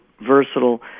versatile